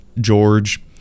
George